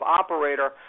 operator